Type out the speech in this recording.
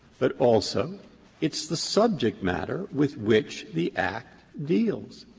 but also it's the subject matter with which the act deals.